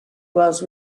was